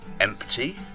empty